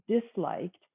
disliked